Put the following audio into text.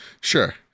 sure